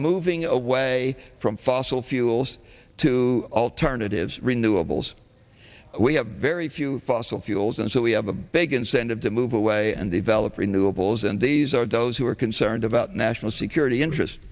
moving away from fossil fuels to alternatives renewables we have very few fossil fuels and so we have a big incentive to move away and develop renewables and these are those who are concerned about national security interest